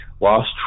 Lost